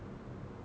oh